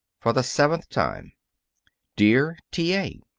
for the seventh time dear t. a.